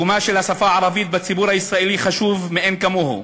מקומה של השפה הערבית בציבור הישראלי חשוב מאין כמוהו.